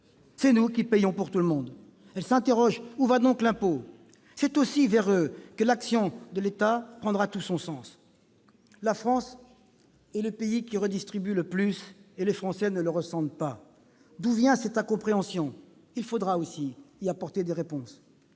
C'est nous qui payons pour tout le monde. » Elle s'interroge :« Où va donc l'impôt ?» C'est en l'orientant vers elle que l'action de l'État prendra tout son sens. La France est le pays qui redistribue le plus, et les Français ne le ressentent pas. D'où vient cette incompréhension ? Il faudra aussi y apporter des réponses.